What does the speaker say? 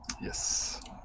yes